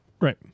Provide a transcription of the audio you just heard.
right